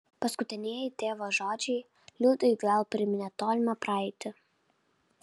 paskutinieji tėvo žodžiai liudui vėl priminė tolimą praeitį